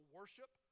worship